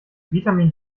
vitamin